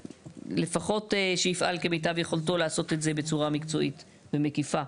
לפחות שיפעל כמיטב יכולתו לעשות את זה בצורה מקצועית ומקיפה.